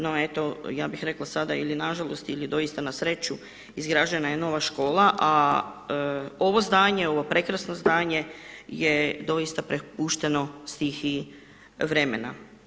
No eto, ja bih rekla sada ili nažalost ili doista na sreću izgrađena je nova škola a ovo zdanje, ovo prekrasno zdanje je doista prepušteno stihiji vremena.